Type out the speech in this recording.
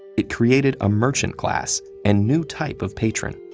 it created a merchant class and new type of patron.